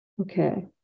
Okay